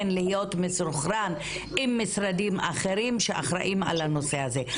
להיות מסונכרן עם משרדים אחרים שאחראים על הנושא הזה.